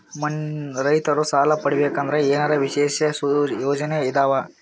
ರೈತರು ಸಾಲ ಪಡಿಬೇಕಂದರ ಏನರ ವಿಶೇಷ ಯೋಜನೆ ಇದಾವ?